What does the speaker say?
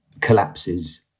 collapses